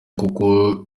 koko